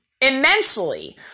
immensely